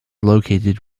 located